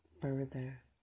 further